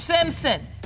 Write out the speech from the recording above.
Simpson